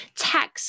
tax